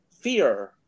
fear